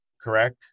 correct